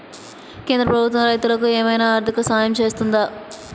కేంద్ర ప్రభుత్వం రైతులకు ఏమైనా ఆర్థిక సాయం చేస్తుందా?